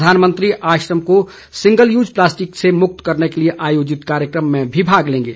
प्रधानमंत्री आश्रम को सिंगल यूज प्लास्टिक से मुक्त करने के लिए आयोजित कार्यक्रम में भी भाग लेंगे